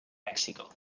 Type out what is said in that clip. mexico